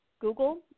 Google